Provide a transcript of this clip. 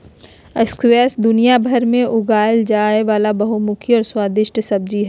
squash दुनियाभर में उगाल जाय वला बहुमुखी और स्वादिस्ट सब्जी हइ